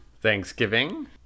Thanksgiving